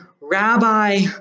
Rabbi